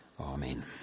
Amen